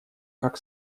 как